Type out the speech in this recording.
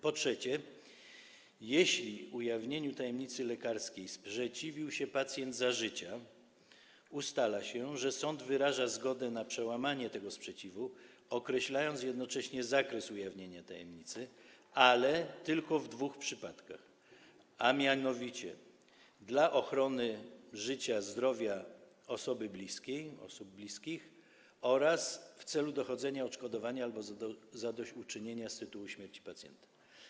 Po trzecie, jeśli ujawnieniu tajemnicy lekarskiej pacjent sprzeciwił się za życia, ustala się, że sąd wyraża zgodę na przełamanie tego sprzeciwu, określając jednocześnie zakres ujawienia tajemnicy, ale tylko w dwóch przypadkach, a mianowicie dla ochrony życia, zdrowia osoby bliskiej czy osób bliskich oraz w celu dochodzenia odszkodowania albo zadośćuczynienia z tytułu śmierci pacjenta.